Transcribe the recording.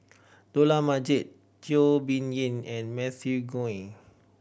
Dollah Majid Teo Bee Yen and Matthew Ngui